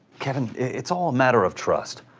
kevin, it's all a matter of trust.